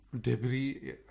debris